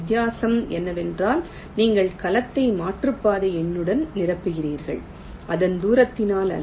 வித்தியாசம் என்னவென்றால் நீங்கள் கலத்தை மாற்றுப்பாதை எண்ணுடன் நிரப்புகிறீர்கள் அதன் தூரத்தினால் அல்ல